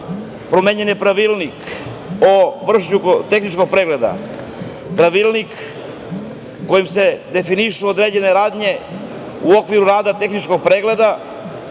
promenjen je Pravilnik o vršenju tehničkog pregleda, Pravilnik kojim se definišu određene radnje u okviru rada tehničkog pregleda,